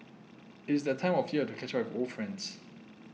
it is that time of year to catch up with old friends